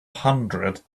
hundred